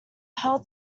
held